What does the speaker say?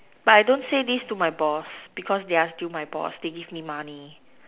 but I don't say this to my boss because they are still my boss they give me money